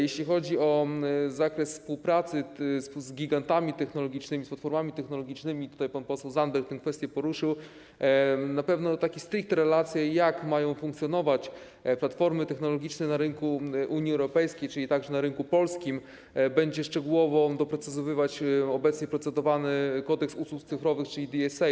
Jeśli chodzi o zakres współpracy z gigantami technologicznymi, platformami technologicznymi - tę kwestię poruszył pan poseł Zandberg - na pewno takie stricte relacje, jak mają funkcjonować platformy technologiczne na rynku Unii Europejskiej, czyli także na rynku polskim, będzie szczegółowo doprecyzowywać obecnie procedowany Kodeks Usług Cyfrowych, czyli DSA.